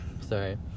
Sorry